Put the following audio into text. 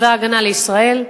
צבא-הגנה לישראל,